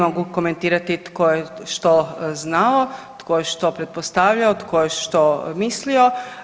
Ne mogu komentirati tko je što znao, tko je što pretpostavljao, tko je što mislio.